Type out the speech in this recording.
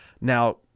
Now